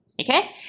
Okay